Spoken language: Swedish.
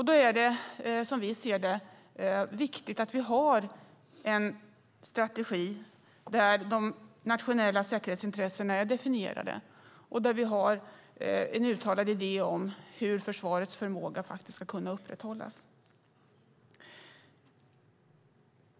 Då är det, som vi ser det, viktigt att vi har en strategi där de nationella säkerhetsintressena är definierade och där vi har en uttalad idé om hur försvarets förmåga faktiskt ska kunna upprätthållas.